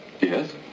Yes